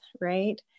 right